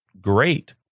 great